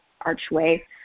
archway